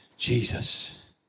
Jesus